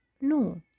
No